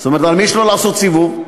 על מי יש לו לעשות סיבוב?